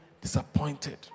disappointed